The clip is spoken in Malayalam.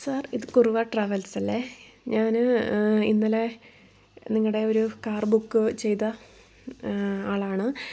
സർ ഇത് കുറവാ ട്രാവൽസല്ലേ ഞാന് ഇന്നലെ നിങ്ങളുടെ ഒരു കാർ ബുക്ക് ചെയ്ത ഒരാളാണ്